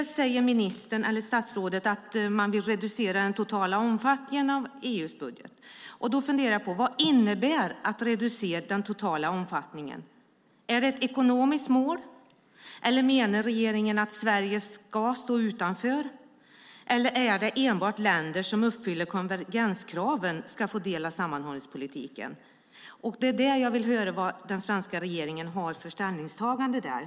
Statsrådet säger att man vill reducera den totala omfattningen av EU:s budget. Vad innebär att "reducera den totala omfattningen"? Är det ett ekonomiskt mål? Eller menar regeringen att Sverige ska stå utanför? Eller ska enbart länder som uppfyller konvergenskraven få del av sammanhållningspolitiken? Jag vill höra vad som är den svenska regeringens ställningstagande där.